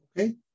okay